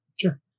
Sure